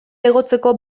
igotzeko